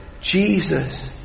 Jesus